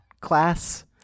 class